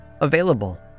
available